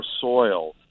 soil